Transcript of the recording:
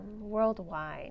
worldwide